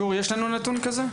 גור, יש לנו נתון כזה?